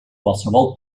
qualsevol